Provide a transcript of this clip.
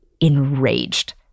enraged